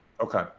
Okay